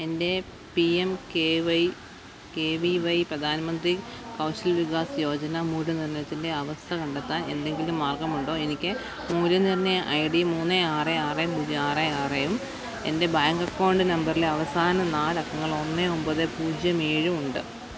എന്റെ P M K Y K V Y Pradhan Mantri Kaushal Vikas Yojana മൂല്യനിർണ്ണയത്തിന്റെ അവസ്ഥ കണ്ടെത്താൻ എന്തെങ്കിലും മാർഗമുണ്ടോ എനിക്ക് മൂല്യനിർണ്ണയ ഐ ഡി മൂന്ന് ആറ് ആറ് പൂജ്യം ആറ് ആറേയും എന്റെ ബാങ്ക് അക്കൌണ്ട് നമ്പറിന്റെ അവസാന നാലക്കങ്ങൾ ഒന്ന് ഒമ്പത് പൂജ്യം ഏഴും ഉണ്ട്